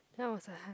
then I was like